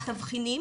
התבחינים